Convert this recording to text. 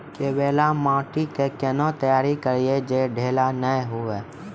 केवाल माटी के कैना तैयारी करिए जे ढेला नैय हुए?